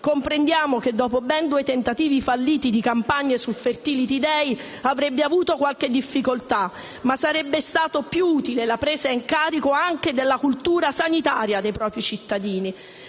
Comprendiamo che dopo ben due tentativi falliti di campagne sul Fertility Day avrebbe avuto qualche difficoltà, ma sarebbe stata più utile la presa in carico anche della cultura sanitaria dei propri cittadini.